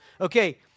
Okay